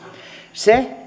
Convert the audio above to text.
se